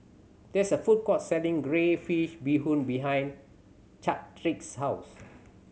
there is a food court selling crayfish beehoon behind Chadrick's house